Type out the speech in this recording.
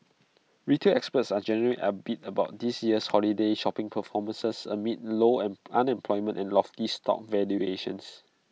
retail experts are generally upbeat about this year's holiday shopping performances amid low and unemployment and lofty stock valuations